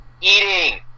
Eating